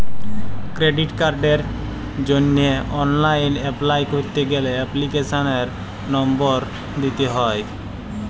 credit কার্ডের জন্হে online apply ক্যরতে গ্যালে এপ্লিকেশনের লম্বর দিত্যে হ্যয়